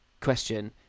question